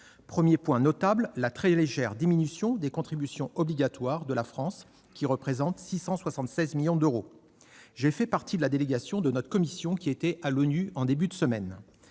Premier point notable : la très légère diminution des contributions obligatoires de la France, qui représentent 676 millions d'euros. J'ai fait partie de la délégation de notre commission qui était à l'ONU en début de semaine.